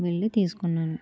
వెళ్ళి తీసుకున్నాను